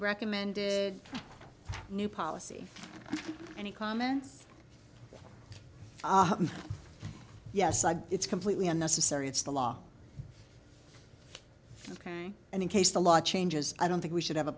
recommended new policy any comments yes it's completely unnecessary it's the law and in case the law changes i don't think we should have a